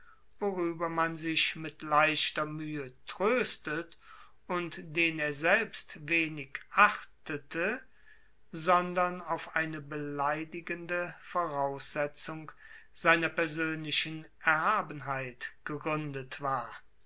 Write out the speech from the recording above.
worüber man sich mit leichter mühe tröstet und den er selbst wenig achtete sondern auf eine beleidigende voraussetzung seiner persönlichen erhabenheit gegründet war